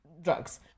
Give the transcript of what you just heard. drugs